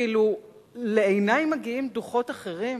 ואילו לעיני מגיעים דוחות אחרים?